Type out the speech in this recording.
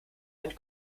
and